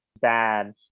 bad